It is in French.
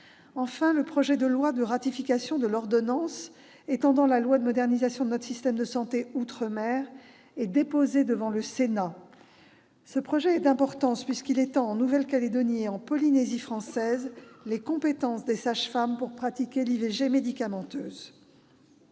Enfin, le projet de loi ratifiant l'ordonnance portant extension et adaptation outre-mer de la loi de modernisation de notre système de santé est déposé devant le Sénat. Ce projet est d'importance, puisqu'il étend en Nouvelle-Calédonie et en Polynésie française les compétences des sages-femmes pour pratiquer l'IVG médicamenteuse.